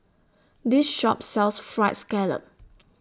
This Shop sells Fried Scallop